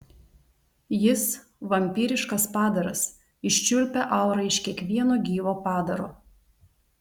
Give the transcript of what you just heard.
jis vampyriškas padaras iščiulpia aurą iš kiekvieno gyvo padaro